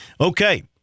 Okay